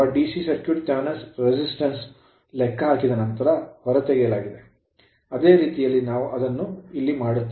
C circuit Thevenin's Thevenin resistance ಪ್ರತಿರೋಧವನ್ನು ಲೆಕ್ಕಹಾಕಿದ ನಂತರ ಹೊರತೆಗೆಯಲಾಗಿದೆ ಅದೇ ರೀತಿಯಲ್ಲಿ ನಾವು ಅದನ್ನು ಇಲ್ಲಿ ಮಾಡುತ್ತೇವೆ